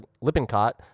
Lippincott